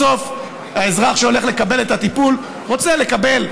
בסוף, האזרח שהולך לקבל את הטיפול רוצה לקבל,